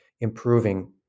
improving